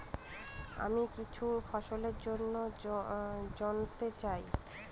আমি কিছু ফসল জন্য জানতে চাই